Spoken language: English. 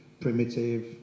primitive